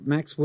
Max